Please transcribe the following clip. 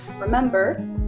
Remember